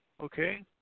Okay